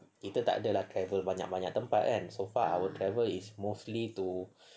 kita takde lah travel banyak-banyak tempat kan ah so for our travel is mostly to